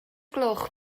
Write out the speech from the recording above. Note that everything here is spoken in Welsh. gloch